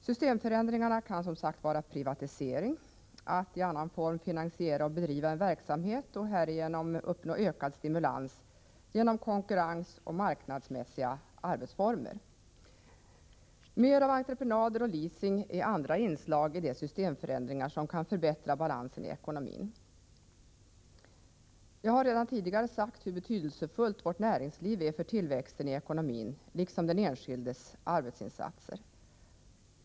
Systemförändringarna kan som sagt innebära privatisering, dvs. att i annan form finansiera och bedriva en verksamhet för att härigenom uppnå ökad stimulans genom konkurrens och marknadsmässiga arbetsformer. Mer av entreprenader och leasing är andra inslag i de systemförändringar som kan förbättra balansen i ekonomin. Jag har redan tidigare sagt hur betydelsefullt vårt näringsliv är för tillväxten i ekonomin, liksom den enskildes arbetsinsatser.